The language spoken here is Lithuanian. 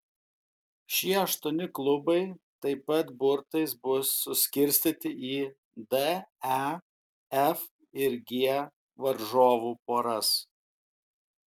šie aštuoni klubai taip pat burtais bus suskirstyti į d e f ir g varžovų poras